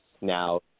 now